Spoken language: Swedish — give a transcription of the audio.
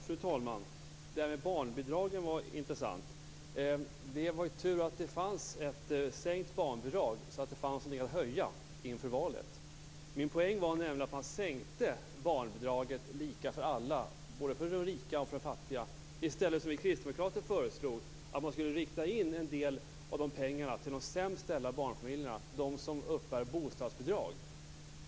Fru talman! Det där med barnbidragen var intressant. Det var ju tur att det fanns ett sänkt barnbidrag så att det fanns någonting att höja inför valet. Min poäng var nämligen att man sänkte barnbidraget lika för alla, både för rika och för fattiga, i stället för att som vi kristdemokrater föreslog rikta in en del av de pengarna till de sämst ställda barnfamiljerna, de som uppbär bostadsbidrag.